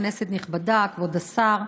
כנסת נכבדה, כבוד השר,